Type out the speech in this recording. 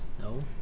No